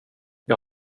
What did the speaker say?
jag